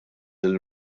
din